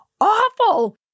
awful